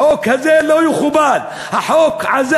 החוק הזה לא יכובד, החוק הזה,